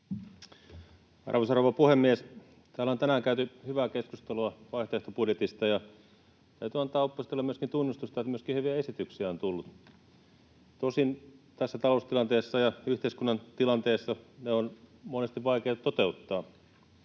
Arvoisa rouva puhemies! Täällä on tänään käyty hyvää keskustelua vaihtoehtobudjetista, ja täytyy antaa oppositiolle myöskin tunnustusta, että hyviä esityksiä on tullut — tosin tässä taloustilanteessa ja yhteiskunnan tilanteessa ne on monesti vaikea toteuttaa.